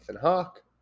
Hawke